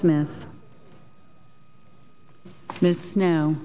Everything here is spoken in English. smith smith now